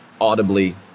audibly